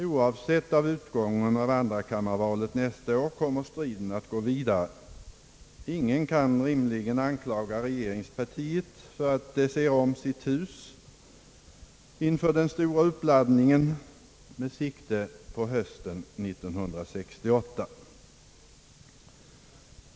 Oavsett utgången av andrakammarvalet nästa år, kommer striden att gå vidare. Ingen kan rimligen anklaga regeringspartiet för att det ser om sitt hus inför den stora uppladdningen med sikte på hösten 1968.